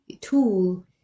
tool